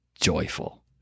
joyful